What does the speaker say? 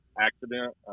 accident